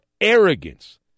arrogance